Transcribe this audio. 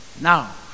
now